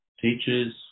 Teachers